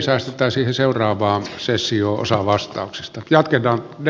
säästetään siihen seuraavaan sessioon osa vastauksista